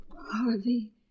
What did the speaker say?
Harvey